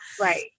Right